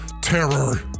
terror